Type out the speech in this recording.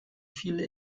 viele